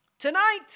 Tonight